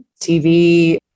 TV